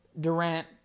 Durant